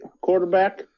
quarterback